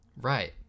right